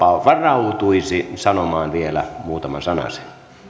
varautuisi sanomaan vielä muutaman sanasen